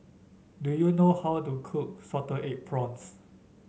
do you know how to cook Salted Egg Prawns